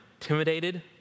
intimidated